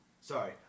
Sorry